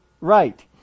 right